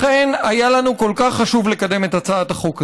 לכן היה לנו כל כך חשוב לקדם את הצעת החוק הזאת.